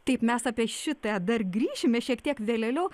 taip mes apie šitą dar grįšime šiek tiek vėlėliau